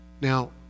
Now